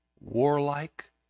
warlike